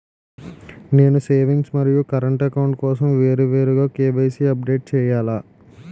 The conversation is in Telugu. నేను సేవింగ్స్ మరియు కరెంట్ అకౌంట్ కోసం వేరువేరుగా కే.వై.సీ అప్డేట్ చేయాలా?